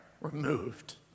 removed